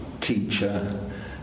teacher